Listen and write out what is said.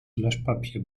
löschpapier